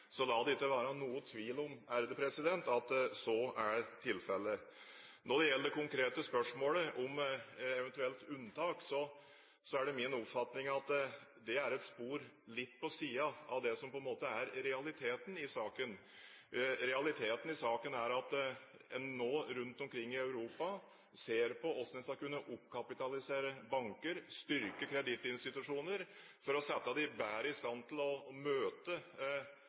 Så la det ikke være noe tvil om at så er tilfellet. Når det gjelder det konkrete spørsmålet om eventuelt unntak, er det min oppfatning at det er et spor litt på siden av det som på en måte er realiteten i saken. Realiteten i saken er at en nå rundt omkring i Europa ser på hvordan en skal kunne oppkapitalisere banker og styrke kredittinstitusjoner for å sette dem bedre i stand til å møte